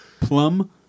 plum